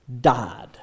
died